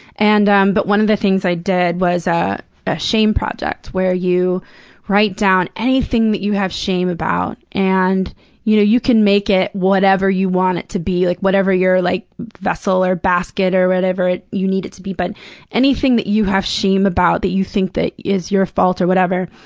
and um but one of the things i did was a ah shame project, where you write down anything that you have shame about, and you know you can make it whatever you want it to be, like, whatever your, like, vessel or basket or whatever it you need it to be. but anything that you have shame about, that you think that is your fault or whatever,